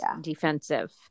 defensive